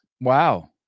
wow